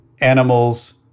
animals